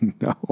No